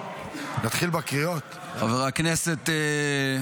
חבר הכנסת יוראי,